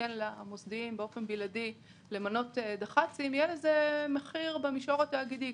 ניתן למוסדיים למנות באופן בלעדי דח"צים יהיה לזה מחיר במישור התאגידי.